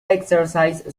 exercise